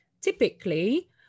typically